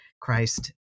Christ